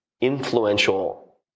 influential